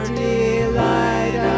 delight